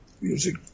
music